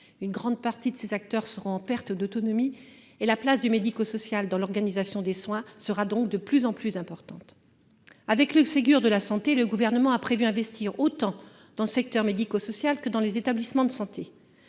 Une grande partie de ces personnes seront en perte d'autonomie et la place des acteurs du médico-social dans l'organisation des soins sera donc de plus en plus importante. Avec le Ségur de la santé, le Gouvernement a prévu d'investir autant dans le secteur médico-social que dans les établissements de santé.